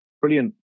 brilliant